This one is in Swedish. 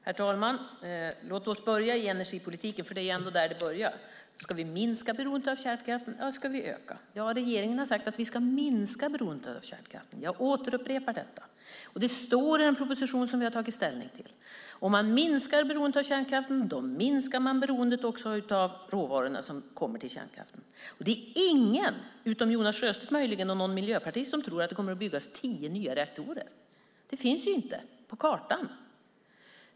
Herr talman! Låt oss börja i energipolitiken, för det är ändå där det börjar. Ska vi minska beroendet av kärnkraften eller ska vi öka det? Regeringen har sagt att vi ska minska beroendet av kärnkraften. Jag upprepar detta. Det står i en proposition som vi har tagit ställning till. Om man minskar beroendet av kärnkraften minskar man också beroendet av de råvaror som kommer till kärnkraften. Det är ingen - utom möjligen Jonas Sjöstedt och någon miljöpartist - som tror att det kommer att byggas tio nya reaktorer. Det finns inte på kartan.